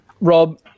Rob